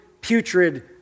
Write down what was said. putrid